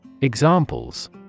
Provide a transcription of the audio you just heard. Examples